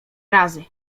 razy